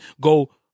Go